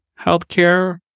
healthcare